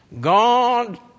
God